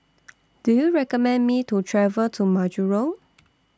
Do YOU recommend Me to travel to Majuro